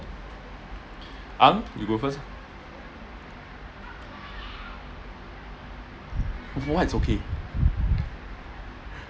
ang you go first for what it's okay